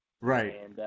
Right